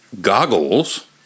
Goggles